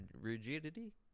Rigidity